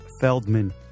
Feldman